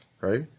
right